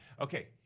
Okay